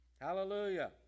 Hallelujah